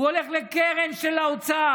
הוא הולך לקרן של האוצר.